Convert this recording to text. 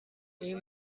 این